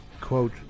quote